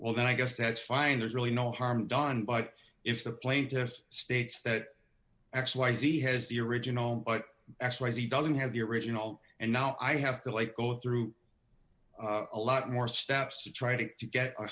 well then i guess that's fine there's really no harm done but if the plaintiffs states that x y z has the original x rays he doesn't have the original and now i have to go through a lot more steps to try to get a